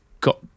got